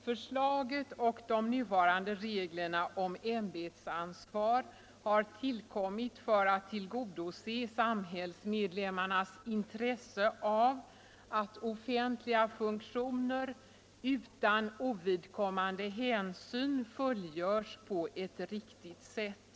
För slaget och de nuvarande reglerna om ämbetsansvar har tillkommit för - Nr 94 att tillgodose samhällsmedlemmarnas intresse av att offentliga funktioner Onsdagen den utan ovidkommande hänsyn fullgörs på ett riktigt sätt.